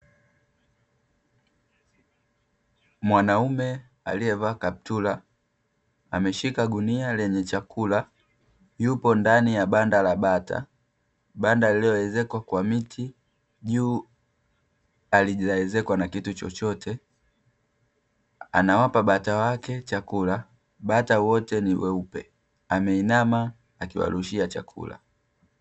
Mwanaume aliyevaa kaptula, ameshika gunia lenye chakula yupo ndani ya banda la bata. Banda lililoezekwa kwa miti, juu halijaezekwa na kitu chochote. Anawapa bata wake chakula; bata wote ni weupe, ameinama akiwarushia chakula.